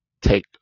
take